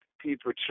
people